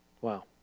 wow